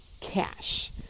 cash